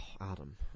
Adam